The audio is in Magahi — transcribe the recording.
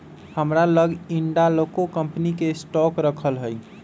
हमरा लग हिंडालको कंपनी के स्टॉक राखल हइ